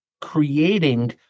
creating